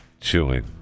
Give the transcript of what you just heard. Chewing